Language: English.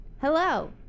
Hello